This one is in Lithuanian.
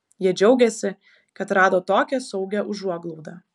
jie džiaugiasi kad rado tokią saugią užuoglaudą